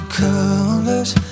colors